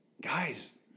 Guys